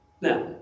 Now